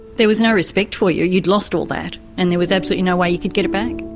there was no respect for you, you'd lost all that and there was absolutely no way you could get it back.